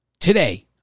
Today